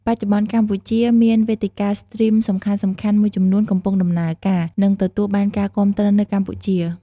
បច្ចុប្បន្នកម្ពុជា មានវេទិកាស្ទ្រីមសំខាន់ៗមួយចំនួនកំពុងដំណើរការ និងទទួលបានការគាំទ្រនៅកម្ពុជា។